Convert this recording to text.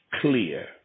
clear